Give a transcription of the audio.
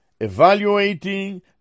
evaluating